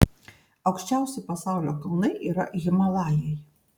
aukščiausi pasaulio kalnai yra himalajai